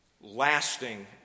lasting